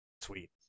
sweet